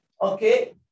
Okay